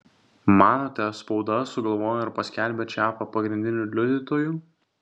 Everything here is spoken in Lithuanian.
manote spauda sugalvojo ir paskelbė čiapą pagrindiniu liudytoju